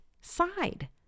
side